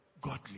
Godly